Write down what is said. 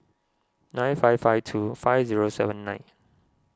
nine five five two five zero seven nine